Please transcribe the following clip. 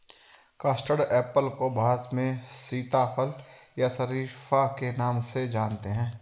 custard apple को भारत में सीताफल या शरीफा के नाम से जानते हैं